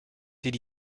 did